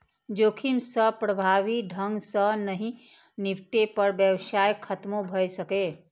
जोखिम सं प्रभावी ढंग सं नहि निपटै पर व्यवसाय खतमो भए सकैए